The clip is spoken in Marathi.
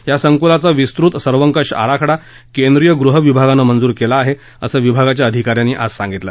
या संकुलाचा विस्तृत सर्वकष आराखडा केंद्रीय गृहविभागानं मंजूर केला आहे असं विभागाच्या अधिकाऱ्यांनी आज सांगितलं